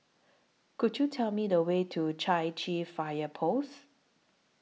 Could YOU Tell Me The Way to Chai Chee Fire Post